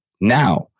now